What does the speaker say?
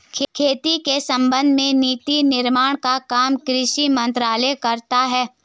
खेती के संबंध में नीति निर्माण का काम कृषि मंत्रालय करता है